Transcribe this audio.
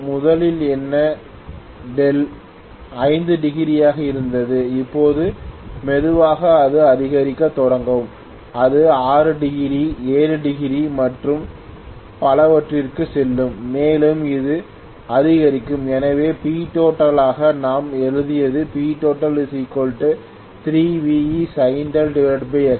முதலில் என் δ 5 டிகிரி யாக இருந்தது இப்போது மெதுவாக அது அதிகரிக்கத் தொடங்கும் இது 6 டிகிரி 7 டிகிரி மற்றும் பலவற்றிற்குச் செல்லும் மேலும் இது அதிகரிக்கும் எனவே Ptotal ஆக நாம் எழுதியதுPtotal3VEsin Xs